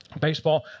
baseball